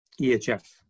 EHF